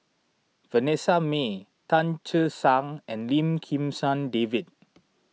Vanessa Mae Tan Che Sang and Lim Kim San David